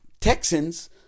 Texans